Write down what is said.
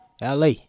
la